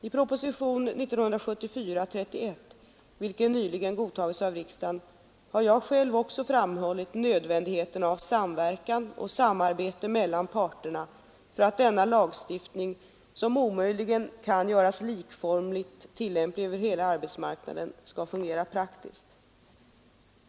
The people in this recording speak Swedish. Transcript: I propositionen 31 år 1974, vilken nyligen godtagits av riksdagen, har jag själv också framhållit nödvändigheten av samverkan och samarbete mellan parterna för att denna lagstiftning, som omöjligen kan göras likformigt tillämplig över hela arbetsmarknaden, skall fungera praktiskt.